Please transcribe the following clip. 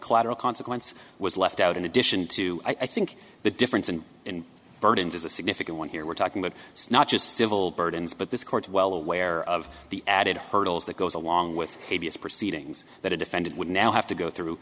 collateral consequence was left out in addition to i think the difference and in burdens is a significant one here we're talking about not just civil burdens but this court well aware of the added hurdles that goes along with a b s proceedings that a defendant would now have to go through